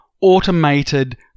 automated